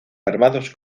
armados